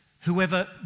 whoever